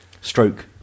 stroke